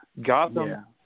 Gotham